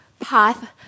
path